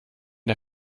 der